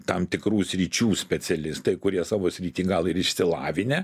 tam tikrų sričių specialistai kurie savo sritį gal ir išsilavinę